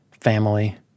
family